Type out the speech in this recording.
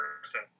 person